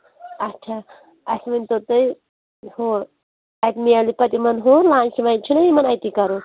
اچھا اَسہِ ؤنۍ تَو تُہۍ ہُہ اَتہِ میلہِ پَتہٕ یِمَن ہُہ لَنچہِ وَنچ چھُنا یِمن اَتی کَرُن